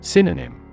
Synonym